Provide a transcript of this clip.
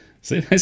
See